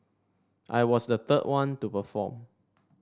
I was the third one to perform